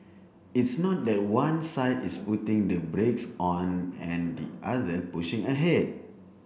it's not that one side is putting the brakes on and the other pushing ahead